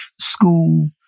school